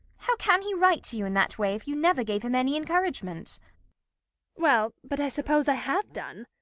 how can he write to you in that way if you never gave him any encouragement well, but i suppose i have done.